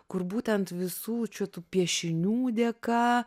kur būtent visų šitų piešinių dėka